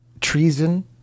treason